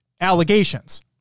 allegations